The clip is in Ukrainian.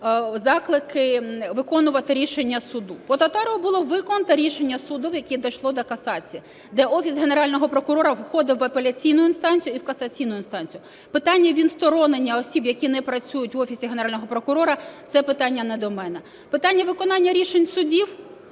заклики виконувати рішення суду. По Татарову було виконане рішення суду, яке дійшло до касації, де Офіс Генерального прокурора входив в апеляційну інстанцію і в касаційну інстанцію. Питання відсторонення осіб, які не працюють в Офісі Генерального прокурора – це питання не до мене. Питання виконання рішень судів.